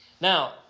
Now